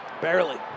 Barely